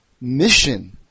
mission